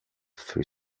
three